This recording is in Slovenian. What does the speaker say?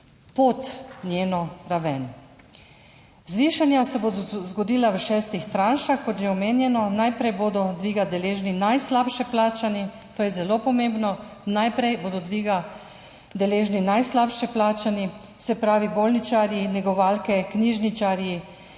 pod njeno raven. Zvišanja se bodo zgodila v šestih tranšah, kot že omenjeno. Najprej bodo dviga deležni najslabše plačani, to je zelo pomembno. Najprej bodo dviga deležni najslabše plačani, se pravi bolničarji, negovalke, knjižničarji,